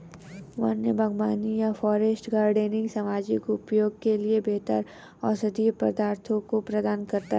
वन्य बागवानी या फॉरेस्ट गार्डनिंग सामाजिक उपयोग के लिए बेहतर औषधीय पदार्थों को प्रदान करता है